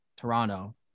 Toronto